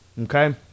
okay